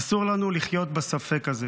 אסור לנו לחיות בספק הזה.